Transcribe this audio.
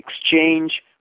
exchange